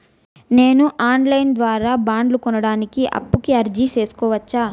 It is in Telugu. నేను ఆన్ లైను ద్వారా బండ్లు కొనడానికి అప్పుకి అర్జీ సేసుకోవచ్చా?